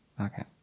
Okay